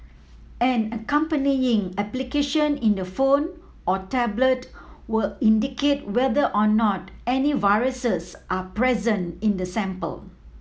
an accompanying application in the phone or tablet will indicate whether or not any viruses are present in the sample